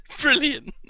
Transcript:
Brilliant